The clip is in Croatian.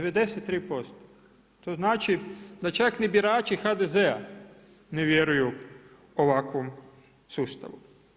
93% to znači da čak ni birači HDZ-a ne vjeruju ovakvom sustavu.